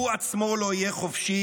הוא עצמו לא יהיה חופשי,